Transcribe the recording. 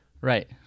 Right